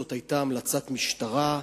זו היתה המלצת משטרה.